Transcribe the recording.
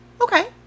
Okay